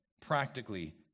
practically